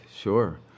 sure